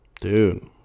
Dude